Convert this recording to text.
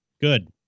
Good